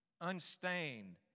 unstained